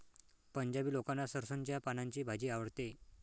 पंजाबी लोकांना सरसोंच्या पानांची भाजी आवडते